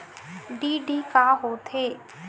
DD का होथे?